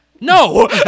No